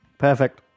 Perfect